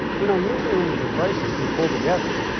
you know, usually when there's a crisis, we pull together.